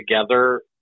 together